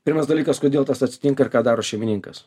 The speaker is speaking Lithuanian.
pirmas dalykas kodėl tas atsitinka ir ką daro šeimininkas